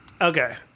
Okay